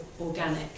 organic